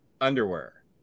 underwear